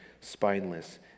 spineless